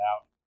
out